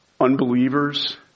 Unbelievers